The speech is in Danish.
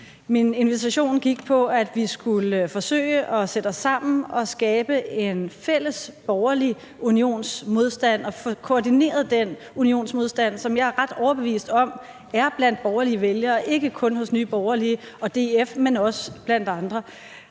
Min invitation gik på, at vi skulle forsøge at sætte os sammen og skabe en fælles borgerlig unionsmodstand og få koordineret den unionsmodstand, som jeg er ret overbevist om er blandt borgerlige vælgere – ikke kun i Nye Borgerlige og DF, men også blandt andre.